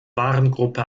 warengruppe